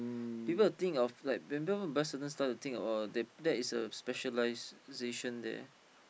people will think of like when people buy certain stuff or thing oh that that is a specialization there